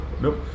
Nope